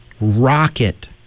rocket